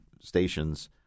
stations